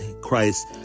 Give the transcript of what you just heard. Christ